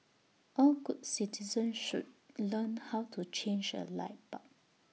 all good citizens should learn how to change A light bulb